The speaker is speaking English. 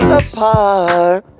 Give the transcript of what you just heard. apart